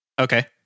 Okay